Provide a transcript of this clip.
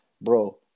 bro